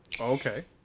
okay